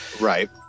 right